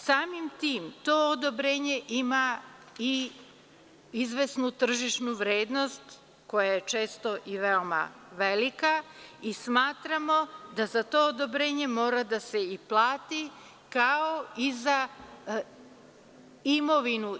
Samim tim to odobrenje ima i izvesnu tržišnu vrednost koja je često i veoma velika i smatramo da za to odobrenje mora da se i plati kao i za imovinu.